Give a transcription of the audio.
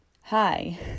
Hi